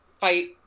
fight